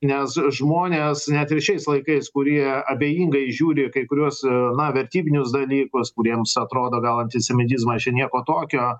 nes žmonės net ir šiais laikais kurie abejingai žiūri į kai kuriuos na vertybinius dalykus kuriems atrodo gal antisemitizmas čia nieko tokio